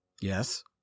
Yes